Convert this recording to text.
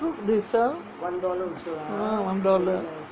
they cook they sell ah one dollar